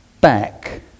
back